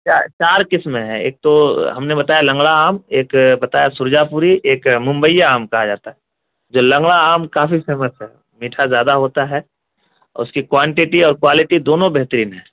چار قسمیں ہے ایک تو ہم نے بتایا لنگڑا آم ایک بتایا سرجا پوری ایک ممبئیا آم کہا جاتا ہے جو لنگڑا آم کافی فیمس ہے میٹھا زیادہ ہوتا ہے اس کی کوانٹٹی اور کوالٹی دونوں بہترین ہیں